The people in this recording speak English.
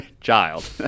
child